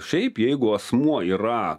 šiaip jeigu asmuo yra